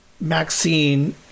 Maxine